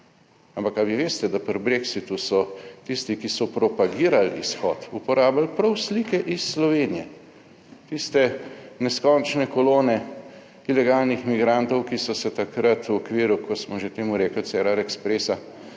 Ampak ali vi veste, da pri Brexitu so tisti, ki so propagirali izhod uporabili prav slike iz Slovenije? Tiste neskončne kolone ilegalnih migrantov, ki so se takrat v okviru, ko smo že temu rekli /